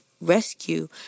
rescue